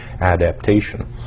adaptation